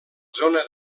zona